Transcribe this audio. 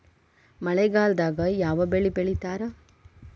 ಮಳೆಗಾಲದಾಗ ಯಾವ ಬೆಳಿ ಬೆಳಿತಾರ?